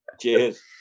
Cheers